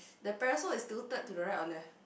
the parasol is two third to the right or left